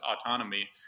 autonomy